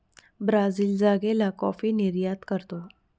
Brazil जागेला coffee निर्यात करतो